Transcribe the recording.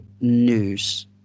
news